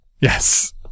Yes